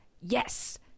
yes